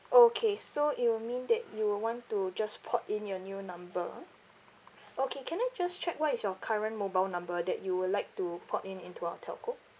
okay so it will mean that you will want to just port in your new number ah okay can I just check what is your current mobile number that you would like to port in into our telco